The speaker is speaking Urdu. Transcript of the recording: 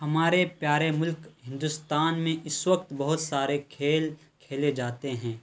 ہمارے پیارے ملک ہندوستان میں اس وقت بہت سارے کھیل کھیلے جاتے ہیں